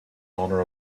honor